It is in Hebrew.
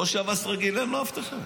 ראש שב"ס רגיל, אין לו אבטחה.